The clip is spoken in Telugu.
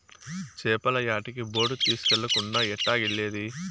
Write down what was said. చేపల యాటకి బోటు తీస్కెళ్ళకుండా ఎట్టాగెల్లేది